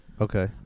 Okay